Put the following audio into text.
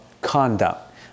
conduct